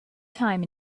time